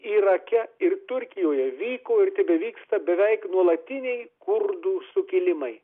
irake ir turkijoje vyko ir tebevyksta beveik nuolatiniai kurdų sukilimai